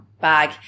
bag